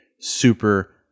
super